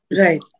Right